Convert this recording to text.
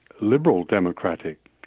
liberal-democratic –